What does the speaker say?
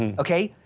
and okay,